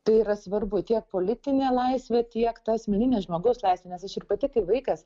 tai yra svarbu tiek politinė laisvė tiek ta asmeninė žmogaus laisvė nes aš ir pati kai vaikas